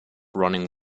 running